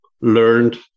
learned